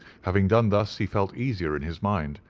having done thus he felt easier in his mind,